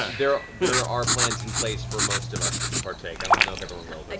there are there are plans in place for most of us to partake. i don't know if everyone will,